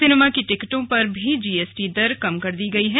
cinema की टिकटों पर भी जीएसटी दर कम कर दी गई है